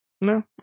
No